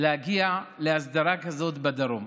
להגיע להסדרה כזאת בדרום.